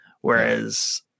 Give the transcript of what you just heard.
Whereas